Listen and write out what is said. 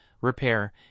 repair